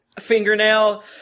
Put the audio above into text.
fingernail